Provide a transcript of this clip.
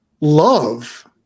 love